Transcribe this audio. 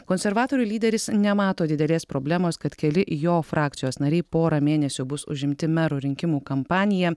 konservatorių lyderis nemato didelės problemos kad keli jo frakcijos nariai porą mėnesių bus užimti mero rinkimų kampaniją